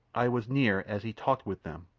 i was near as he talked with them,